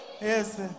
Yes